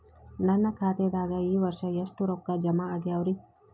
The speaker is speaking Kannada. ನನ್ನ ಖಾತೆದಾಗ ಈ ವರ್ಷ ಎಷ್ಟು ರೊಕ್ಕ ಜಮಾ ಆಗ್ಯಾವರಿ?